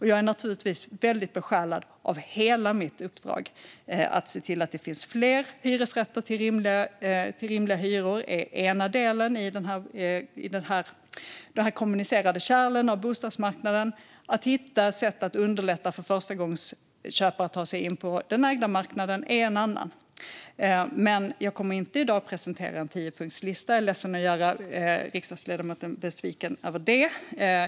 Jag är naturligtvis besjälad av hela mitt uppdrag; att se till att det finns fler hyresrätter till rimliga hyror är en del i de kommunicerande kärlen på bostadsmarknaden, att hitta sätt att underlätta för förstagångsköpare att ta sig in på den ägda marknaden är en annan del. Jag är ledsen att jag gör riksdagsledamoten besviken, men jag kommer inte att i dag presentera en tiopunktslista.